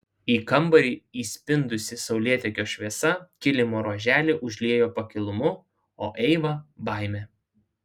į kambarį įspindusi saulėtekio šviesa kilimo ruoželį užliejo pakilumu o eivą baime